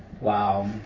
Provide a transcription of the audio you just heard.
Wow